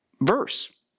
verse